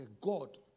God